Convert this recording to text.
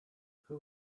who